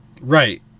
Right